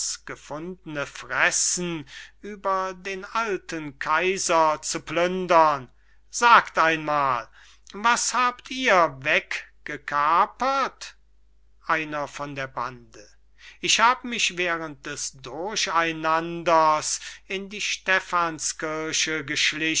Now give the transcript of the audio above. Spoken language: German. gefundene fressen über den alten kaiser zu plündern sagt einmal was habt ihr weggekapert einer von der bande ich hab mich während des durcheinanders in die stephans kirche